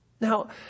Now